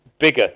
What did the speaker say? bigger